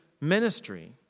ministry